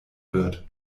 wird